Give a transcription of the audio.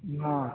ಹಾಂ